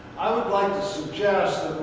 i would like to suggest